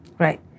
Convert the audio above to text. Right